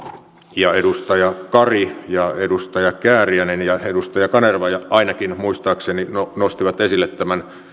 ja edustaja kari ja edustaja kääriäinen ja edustaja kanerva ainakin muistaakseni nostivat esille tämän